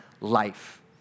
life